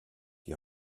die